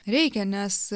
reikia nes